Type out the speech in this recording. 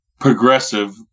progressive